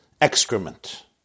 excrement